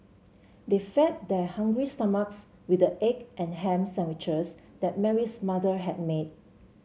they fed their hungry stomachs with the egg and ham sandwiches that Mary's mother had made